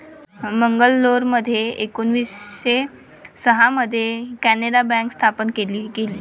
मंगलोरमध्ये एकोणीसशे सहा मध्ये कॅनारा बँक स्थापन केली गेली